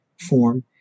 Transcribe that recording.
form